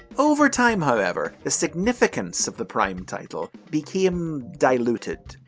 over time, however, the significance of the prime title became. diluted.